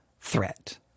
threat